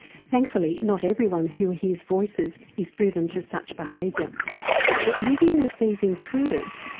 thankfully not everyone who hears voices is driven to such behaviour but, living with these intruders,